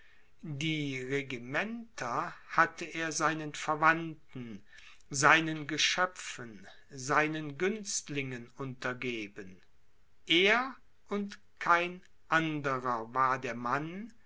die regimenter hatte er seinen verwandten seinen geschöpfen seinen günstlingen untergeben er und kein anderer war der mann